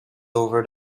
over